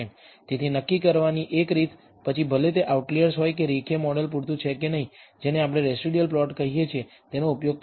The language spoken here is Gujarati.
તેથી નક્કી કરવાની એક રીત પછી ભલે તે આઉટલિઅર્સ હોય કે રેખીય મોડેલ પૂરતું છે કે નહીં જેને આપણે રેસિડયુઅલ પ્લોટ કહીએ છીએ તેનો ઉપયોગ કરવો